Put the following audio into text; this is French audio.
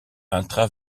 intra